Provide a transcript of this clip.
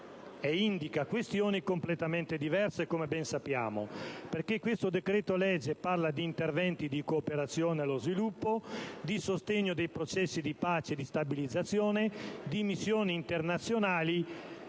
indica questioni completamente diverse. Come ben sappiamo, il decreto‑legge in esame parla di interventi di cooperazione allo sviluppo, di sostegno dei processi di pace e di stabilizzazione, di missioni internazionali,